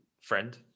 friend